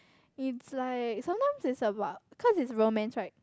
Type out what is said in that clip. it's like sometime is about cause is romance right